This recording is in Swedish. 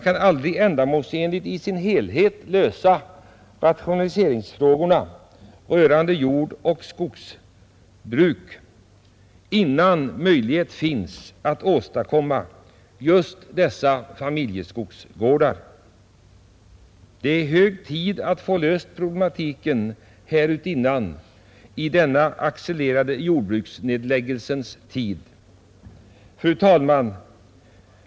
Rationaliseringsfrågorna rörande jordoch skogsbruket kan aldrig lösas ändamålsenligt i sin helhet innan en möjlighet finns att åstadkomma just dessa familjeskogsgårdar. Det är hög tid att vi löser problematiken härutinnan i denna de accelererade jordbruksnedläggningarnas tid. Fru talman!